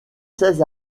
seize